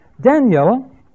Daniel